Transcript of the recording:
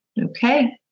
Okay